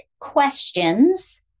questions